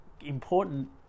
important